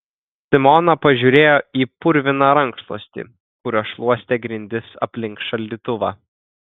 simona pažiūrėjo į purviną rankšluostį kuriuo šluostė grindis aplink šaldytuvą